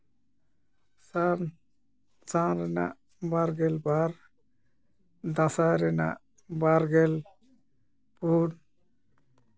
ᱥᱟᱱ ᱥᱟᱱ ᱨᱮᱱᱟᱜ ᱵᱟᱨᱜᱮᱞ ᱵᱟᱨ ᱫᱟᱸᱥᱟᱭ ᱨᱮᱭᱟᱜ ᱵᱟᱨᱜᱮᱞ ᱯᱩᱱ